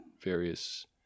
various